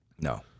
No